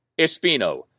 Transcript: Espino